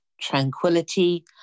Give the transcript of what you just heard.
tranquility